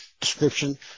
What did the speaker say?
description